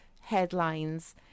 headlines